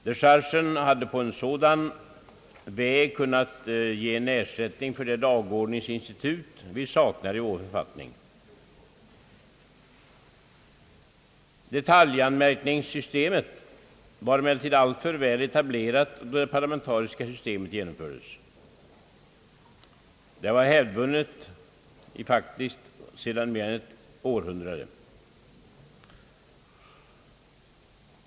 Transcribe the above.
Dechargen hade på en sådan väg kunnat ge en ersättning för det dagordningsinstitut vi saknar i vår författning. Detaljanmärkningssystemet var emellertid alltför väl etablerat då det parlamentariska systemet genomfördes; det var faktiskt hävdvunnet sedan mer än ett århundrade.